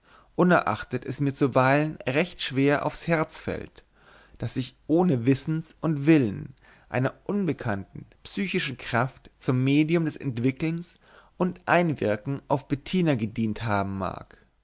unerachtet es mir zuweilen recht schwer aufs herz fällt daß ich ohne wissen und willen einer unbekannten psychischen kraft zum medium des entwickelns und einwirkens auf bettina gedient haben mag